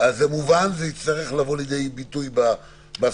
זה מובן וזה יצטרך לבוא לידי ביטוי בהסכמות.